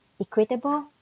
equitable